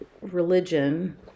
religion